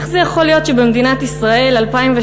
איך זה יכול להיות שבמדינת ישראל 2013,